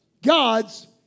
God's